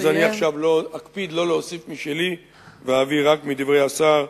אז אני עכשיו אקפיד לא להוסיף משלי ואביא רק מדברי השר,